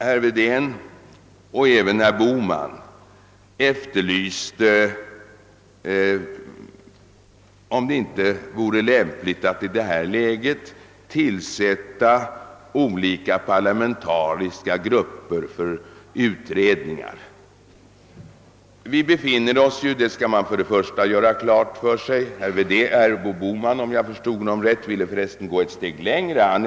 Herr Wedén och även herr Bohman ställde frågan, om det inte vore lämpligt att i nu rådande läge tillsätta olika parlamentariska grupper för utredningar. Herr Bohman ville, om jag förstod honom rätt, gå ännu längre; han efterlyste en parlamentarisk förhandlingsdelegation av något slag.